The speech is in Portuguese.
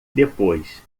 depois